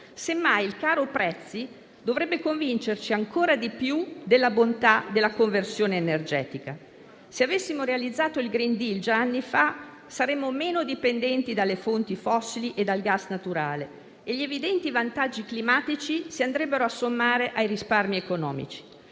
semmai il caro prezzi dovrebbe convincerci ancora di più della bontà della conversione energetica. Se avessimo realizzato il *green deal* già anni fa, saremmo meno dipendenti dalle fonti fossili e dal gas naturale, e gli evidenti vantaggi climatici si andrebbero a sommare ai risparmi economici.